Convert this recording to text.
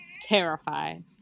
terrified